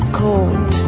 cold